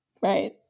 Right